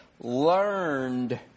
learned